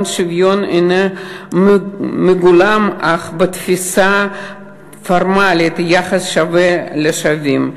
השוויון אינו מגולם אך בתפיסה פורמלית של יחס שווה אל שווים.